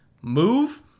move